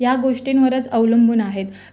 या गोष्टींवरच अवलंबून आहेत